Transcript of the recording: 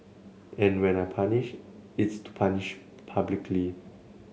and when I punish it's to punish publicly